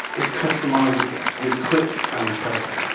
it's customizable with clicks and code.